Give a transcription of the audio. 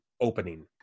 opening